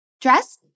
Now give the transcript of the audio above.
Dress